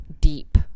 deep